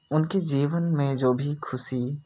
उनके जीवन में जो भी खुशी